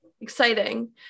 Exciting